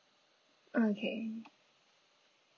okay